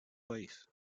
país